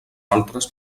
altres